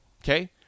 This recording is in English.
okay